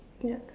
ya